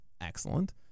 excellent